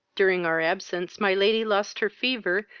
during our absence my lady lost her fever,